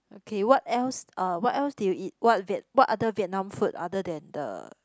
okay what else uh what else did you eat what what other Vietnam food other than the